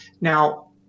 Now